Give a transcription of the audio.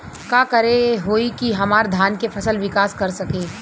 का करे होई की हमार धान के फसल विकास कर सके?